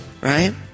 right